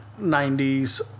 90s